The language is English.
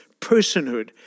personhood